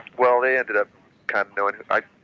well, they ended up kind of knowing, i